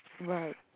Right